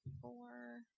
Four